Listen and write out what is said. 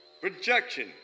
Projection